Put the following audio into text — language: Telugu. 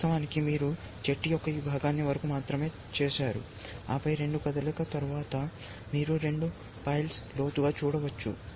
వాస్తవానికి మీరు చెట్టు యొక్క ఈ భాగం వరకు మాత్రమే చూశారు ఆపై రెండు కదలికల తరువాత మీరు రెండు ప్లైస్ లోతుగా చూడవచ్చు